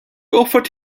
offered